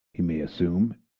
he may assume,